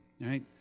Right